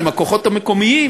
עם הכוחות המקומיים,